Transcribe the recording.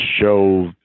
show